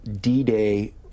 D-Day